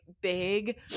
big